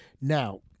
now